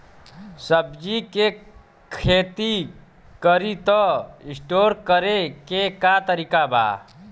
सब्जी के खेती करी त स्टोर करे के का तरीका बा?